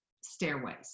stairways